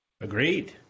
Agreed